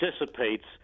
dissipates